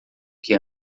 que